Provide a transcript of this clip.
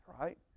right